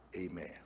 Amen